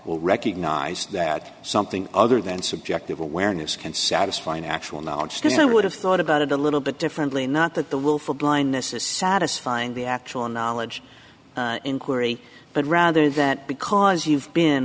will recognise that something other than subjective awareness can satisfy an actual knowledge then i would have thought about it a little bit differently not that the willful blindness is satisfying the actual knowledge inquiry but rather that because you've been